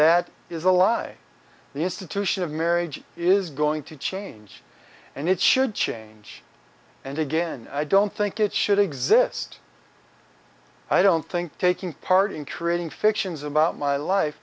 of marriage is going to change and it should change and again i don't think it should exist i don't think taking part in creating fictions about my life